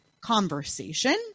conversation